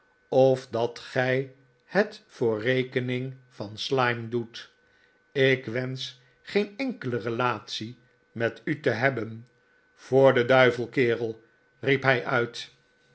of dat gij het voor rekening van slyme doet ik wensch geen enkele relatie met u te hebben voor den duivel kerel riep hij uit